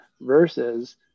versus